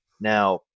Now